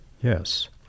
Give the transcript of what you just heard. Yes